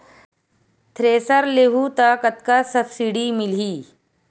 Thresher लेहूं त कतका सब्सिडी मिलही?